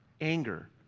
anger